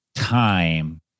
Time